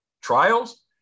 trials